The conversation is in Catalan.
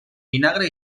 vinagre